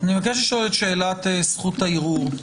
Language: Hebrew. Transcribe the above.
לגבי זכות הערעור.